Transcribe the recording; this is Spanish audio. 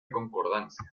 concordancia